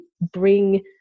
bring